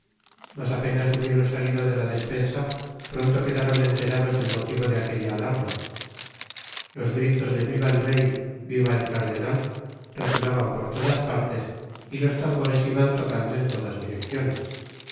mas apenas hubieron salido de la despensa pronto quedaron enterados del motivo de aquella alarma los gritos de viva el rey viva el cardenal resonaban por todas partes y los tambores iban tocando en todas direcciones